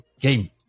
game